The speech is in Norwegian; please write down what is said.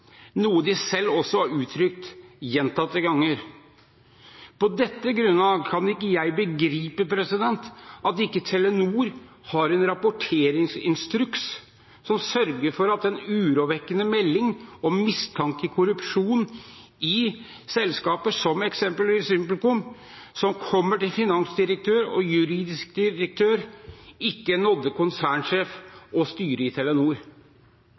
noe de selv også har uttrykt gjentatte ganger. På dette grunnlag kan ikke jeg begripe at Telenor ikke har en rapporteringsinstruks som sørger for at en urovekkende melding om mistanke om korrupsjon i selskaper som eksempelvis VimpelCom, som kommer til finansdirektøren og juridisk direktør, når konsernsjefen og styret i Telenor.